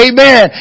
Amen